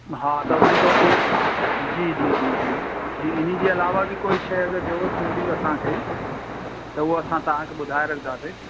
हा हुन खां पोइ हा जी जी जी जी जी हिनजे अलावा बि कोई शइ अगरि ज़रूरत हूंदी असांखे त उहो असां तव्हांखे ॿुधाए रखंदासीं